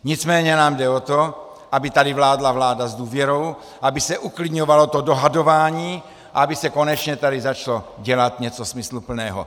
Nicméně nám jde o to, aby tady vládla vláda s důvěrou, aby se uklidňovalo to dohadování a aby se konečně tady začalo dělat něco smysluplného.